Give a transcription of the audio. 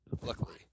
Luckily